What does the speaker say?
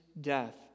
death